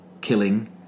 killing